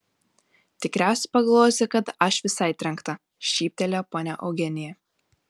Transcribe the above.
tikriausiai pagalvosi kad aš visai trenkta šyptelėjo ponia eugenija